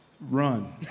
Run